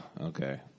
Okay